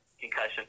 concussion